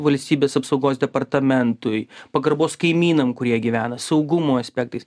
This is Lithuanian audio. valstybės apsaugos departamentui pagarbos kaimynam kurie gyvena saugumo aspektais